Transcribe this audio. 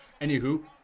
Anywho